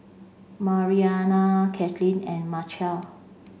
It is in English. Mariana Katlyn and Machelle